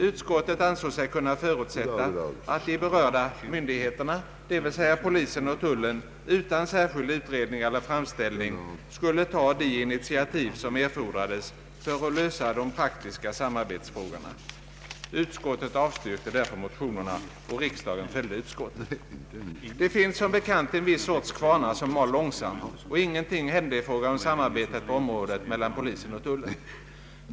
Utskottet ansåg sig kunna förutsätta, att de berörda myndigheterna, d.v.s. polisen och tullen, utan särskild utredning eller framställning skulle ta de initiativ som erfordrades för att lösa de praktiska samarbetsfrågorna. Utskottet avstyrkte därför motionerna och riksdagen följde utskottet. Men det finns som bekant en viss sorts kvarnar som mal långsamt, och ingenting hände i fråga om samarbetet på området mellan polisen och tullen.